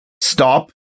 stop